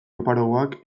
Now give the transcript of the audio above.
oparoagoak